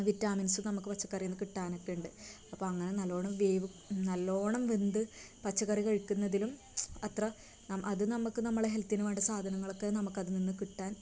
വിറ്റാമിൻസും നമുക്ക് പച്ചക്കറിയിൽ നിന്ന് കിട്ടാനൊക്കെ ഉണ്ട് അപ്പം അങ്ങനെ നല്ലോണം വേവ് നല്ലോണം വെന്ത് പച്ചക്കറി കഴിക്കുന്നതിലും അത്ര അത് നമ്മൾക്ക് നമ്മളെ ഹെൽത്തിനു വേണ്ട സാധനങ്ങളൊക്കെ നമ്മൾക്കതിൽ നിന്ന് കിട്ടാൻ